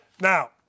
Now